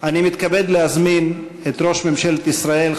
אני מתכבד להזמין את ראש ממשלת ישראל,